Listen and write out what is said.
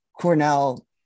Cornell